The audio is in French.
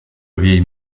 vieille